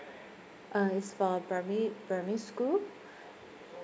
uh it's for primary primary school